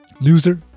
loser